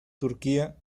turquía